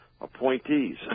appointees